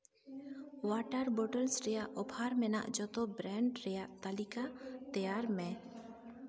water bottles ᱨᱮᱭᱟᱜ offer ᱢᱮᱱᱟᱜ ᱡᱚᱛᱚ ᱵᱨᱮᱱᱰ ᱨᱮᱭᱟᱜ ᱛᱟᱹᱞᱤᱠᱟ ᱛᱮᱭᱟᱨ ᱢᱮ